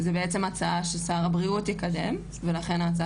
זו בעצם הצעה ששר הבריאות יקדם ולכן ההצעה